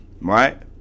right